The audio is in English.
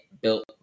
Built